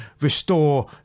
restore